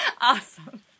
Awesome